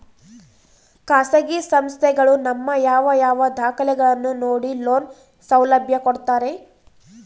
ಖಾಸಗಿ ಸಂಸ್ಥೆಗಳು ನಮ್ಮ ಯಾವ ಯಾವ ದಾಖಲೆಗಳನ್ನು ನೋಡಿ ಲೋನ್ ಸೌಲಭ್ಯ ಕೊಡ್ತಾರೆ?